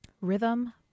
Rhythm